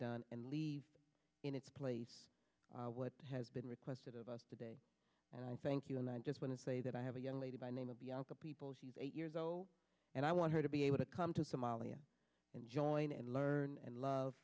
done and leave in its place what has been requested of us today and i thank you and i just want to say that i have a young lady by name of bianca people she's eight years old and i want her to be able to come to somalia and join and learn and love